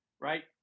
Right